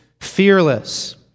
fearless